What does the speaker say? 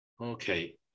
okay